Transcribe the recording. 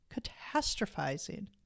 catastrophizing